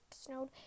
snowed